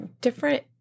different